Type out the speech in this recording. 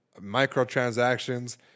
microtransactions